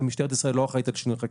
משטרת ישראל לא אחראית על שינוי חקיקה.